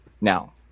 now